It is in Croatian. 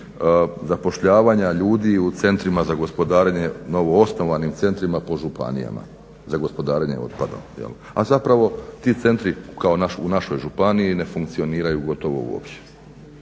zapošljavanja ljudi u centrima za gospodarenje, novoosnovanim centrima po županijama za gospodarenje otpadom. A zapravo ti centri kao u našoj županiji ne funkcioniraju gotovo uopće,